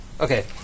Okay